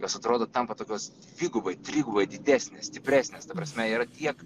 jos atrodo tampa tokios dvigubai trigubai didesnės stipresnės ta prasme yra tiek